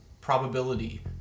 probability